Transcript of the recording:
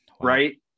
right